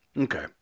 okay